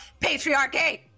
patriarchy